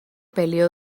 peleó